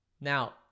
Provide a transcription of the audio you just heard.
Now